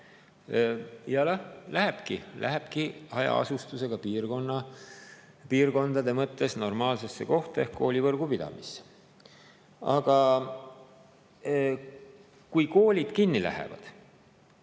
Ja lähebki! Lähebki hajaasustusega piirkondade mõttes normaalsesse kohta ehk koolivõrgu pidamisse. Aga kui koolid kinni lähevad,